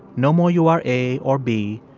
no more, you are a or b,